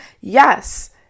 Yes